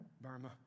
Burma